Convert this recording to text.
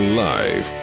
live